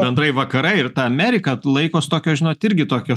bendrai vakarai ir ta amerika at laikos tokio žinot irgi tokio